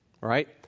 right